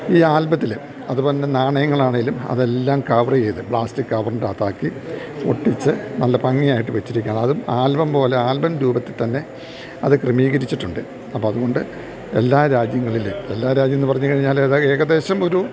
ഈ ആൽബത്തില് അതുപോലെ തന്നെ നാണയങ്ങളാണേലും അതെല്ലാം കവർ ചെയ്ത് പ്ലാസ്റ്റിക് കവറിൻറ്റകത്താക്കി ഒട്ടിച്ച് നല്ല ഭംഗിയായ്ട്ട് വെച്ചിരിക്കുകയാണ് അതും ആൽബം പോലെ ആൽബം രൂപത്തിൽ തന്നെ അത് ക്രമീകരിച്ചിട്ടുണ്ട് അപ്പം അതുകൊണ്ട് എല്ലാ രാജ്യങ്ങളിലും എല്ലാ രാജ്യം എന്ന് പറഞ്ഞ് കഴിഞ്ഞാലത് ഏകദേശം ഒരു